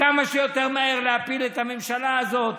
כמה שיותר מהר להפיל את הממשלה הזאת.